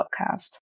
podcast